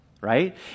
right